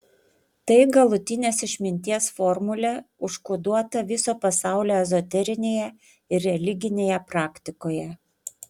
tai galutinės išminties formulė užkoduota viso pasaulio ezoterinėje ir religinėje praktikoje